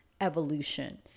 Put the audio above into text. evolution